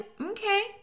Okay